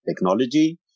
technology